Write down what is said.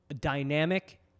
dynamic